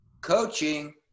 coaching